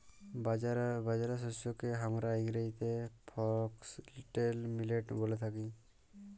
বাজরা শস্যকে হামরা ইংরেজিতে ফক্সটেল মিলেট ব্যলে থাকি